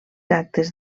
actes